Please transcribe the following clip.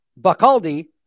Bacaldi